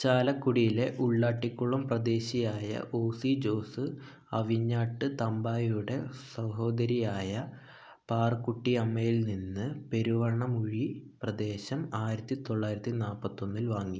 ചാലക്കുടിയിലെ ഉള്ളാട്ടിക്കുളം പ്രദേശിയായ O C Jose Avinjattu തമ്പായിയുടെ സഹോദരിയായ പാറുക്കുട്ടി അമ്മയിൽ നിന്ന് പെരുവണ്ണമുഴി പ്രദേശം ആയിരത്തി തൊള്ളായിരത്തി നാൽപത്തി ഒന്നിൽ വാങ്ങി